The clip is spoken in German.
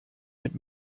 mit